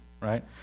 right